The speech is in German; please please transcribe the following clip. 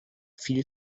viel